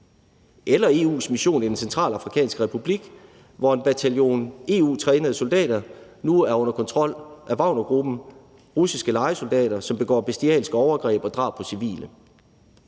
tage EU's mission i Den Centralafrikanske Republik, hvor en bataljon EU-trænede soldater nu er under kontrol af Wagnergruppen, altså russiske lejesoldater, som begår bestialske overgreb og drab på civile.